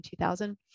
2000